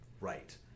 Right